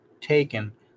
taken